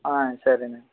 సరేనండి